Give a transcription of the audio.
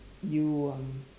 you um